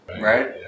right